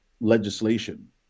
legislation